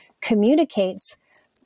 communicates